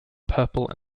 purple